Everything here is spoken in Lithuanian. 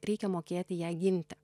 reikia mokėti ją gimti